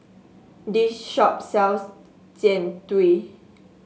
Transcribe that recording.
this shop sells Jian Dui